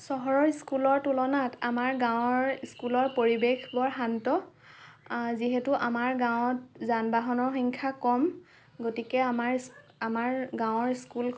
চহৰৰ স্কুলৰ তুলনাত আমাৰ গাঁৱৰ স্কুলৰ পৰিৱেশ বৰ শান্ত যিহেতু আমাৰ গাঁৱত যান বাহনৰ সংখ্যা কম গতিকে আমাৰ আমাৰ গাঁৱৰ স্কুল